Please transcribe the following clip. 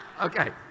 Okay